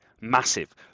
massive